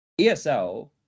ESL